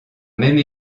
même